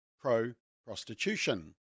pro-prostitution